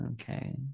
Okay